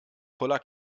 voller